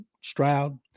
Stroud